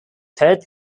third